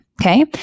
okay